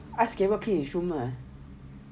ask caleb clean his room lah